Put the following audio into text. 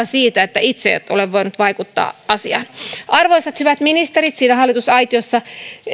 siitä että itse et ole voinut vaikuttaa asiaan arvoisat hyvät ministerit siinä hallitusaitiossa